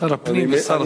שר הפנים ושר התעסוקה.